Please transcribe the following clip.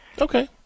Okay